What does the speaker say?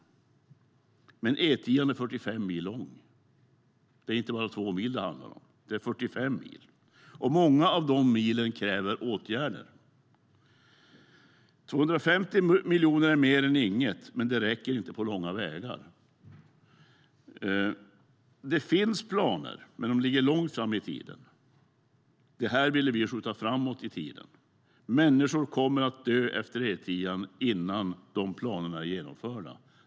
Men E10:an är 45 mil lång. Det är inte bara två mil det handlar om. Det är 45 mil. Många av de milen kräver åtgärder. 250 miljoner är mer än inget, men det räcker inte på långa vägar. Det finns planer, men de ligger långt fram i tiden. De ville vi skjuta framåt i tiden. Människor kommer att dö efter E10:an innan de planerna är genomförda.